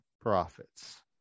profits